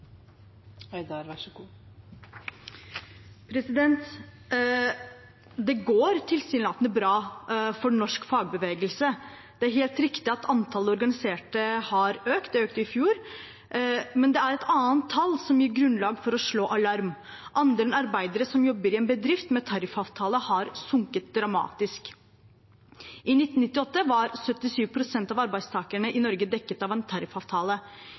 helt riktig at antallet organiserte har økt – det økte i fjor. Men det er et annet tall som gir grunnlag for å slå alarm. Andelen arbeidere som jobber i en bedrift med tariffavtale, har sunket dramatisk. I 1998 var 77 pst. av arbeidstakerne i Norge dekket av en tariffavtale.